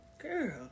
Girl